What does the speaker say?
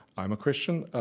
i'm a christian,